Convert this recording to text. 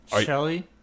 Shelly